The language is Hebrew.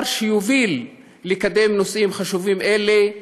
שיוביל לקידום הנושאים החשובים האלה,